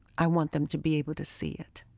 i want them to be able to see it.